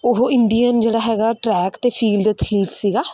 ਉਹ ਇੰਡੀਅਨ ਜਿਹੜਾ ਹੈਗਾ ਟਰੈਕ ਅਤੇ ਫੀਲਡ ਅਥਲੀਟ ਸੀਗਾ